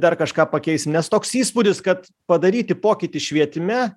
dar kažką pakeisim nes toks įspūdis kad padaryti pokytį švietime